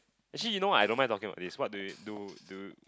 actually you know what I don't mind talking about this what do do do